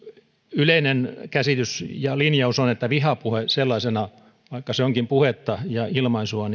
yleinen käsitys ja linjaus on että vihapuhe sellaisena vaikka se onkin puhetta ja ilmaisua